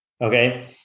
Okay